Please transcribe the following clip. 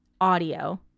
audio